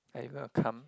are you gonna come